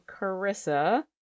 Carissa